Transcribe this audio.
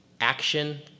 action